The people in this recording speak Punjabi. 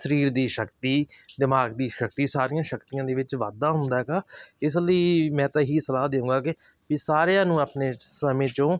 ਸਰੀਰ ਦੀ ਸ਼ਕਤੀ ਦਿਮਾਗ ਦੀ ਸ਼ਕਤੀ ਸਾਰੀਆਂ ਸ਼ਕਤੀਆਂ ਦੇ ਵਿੱਚ ਵਾਧਾ ਹੁੰਦਾ ਹੈਗਾ ਇਸ ਲਈ ਮੈਂ ਤਾਂ ਇਹੀ ਸਲਾਹ ਦੇਊਂਗਾ ਕਿ ਵੀ ਸਾਰਿਆਂ ਨੂੰ ਆਪਣੇ ਸਮੇਂ 'ਚੋਂ